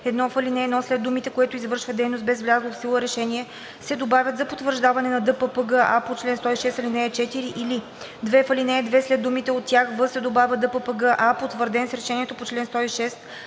1. В ал. 1 след думите „което извършва дейност без влязло в сила решение“ се добавят „за потвърждаване на ДППГА по чл. 106, ал. 4, или“. 2. В ал. 2 след думите „от тях в“ се добавя „ДППГА, потвърден с решението по чл. 106,